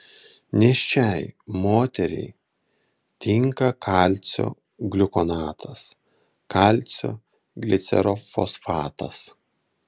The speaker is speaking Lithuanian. nėščiai moteriai tinka kalcio gliukonatas kalcio glicerofosfatas